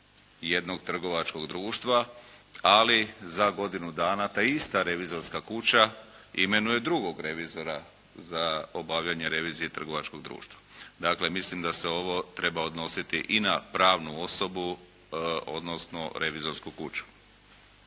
jednog trgovačkog društva ali za godinu dana ta ista revizorska kuća imenuje drugog revizora za obavljanje revizije trgovačkog društva. Dakle mislim da se ovo treba odnositi i na pravnu osobu odnosno revizorsku kuću.